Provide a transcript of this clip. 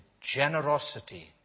generosity